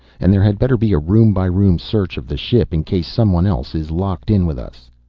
and there had better be a room-by-room search of the ship, in case someone else is locked in with us.